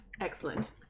excellent